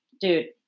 Dude